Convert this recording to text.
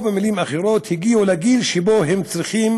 או במילים אחרות: הגיעו לגיל שבו הם צריכים